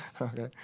Okay